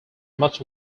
much